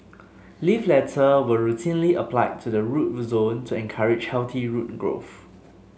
leaf litter was routinely applied to the root zone to encourage healthy root growth